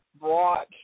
brought